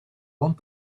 want